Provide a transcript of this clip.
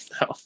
No